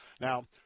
Now